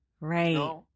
Right